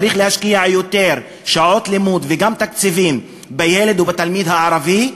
צריך להשקיע יותר שעות לימוד וגם תקציבים בילד ובתלמיד הערבי,